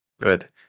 Good